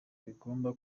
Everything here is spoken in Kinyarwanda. bigomba